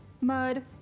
mud